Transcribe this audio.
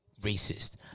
racist